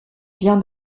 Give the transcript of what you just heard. vient